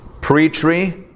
pre-tree